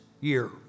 year